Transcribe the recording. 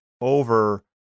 over